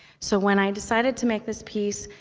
so when i decided to make this piece,